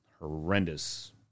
horrendous